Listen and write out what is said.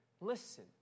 listen